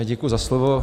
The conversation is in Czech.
Děkuji za slovo.